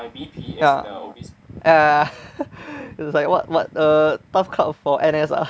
ya err like what what err TAF club for N_S ah